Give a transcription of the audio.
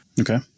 Okay